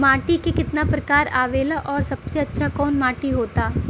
माटी के कितना प्रकार आवेला और सबसे अच्छा कवन माटी होता?